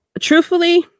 Truthfully